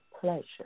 Pleasure